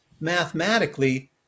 mathematically